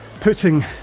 putting